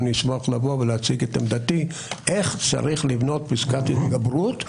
אני אשמח לבוא ולהציג את עמדתי איך צריך לבנות פסקת התגברות,